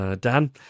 Dan